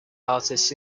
artists